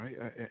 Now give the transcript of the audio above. right